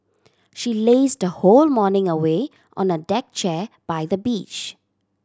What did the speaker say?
she lazed the whole morning away on a deck chair by the beach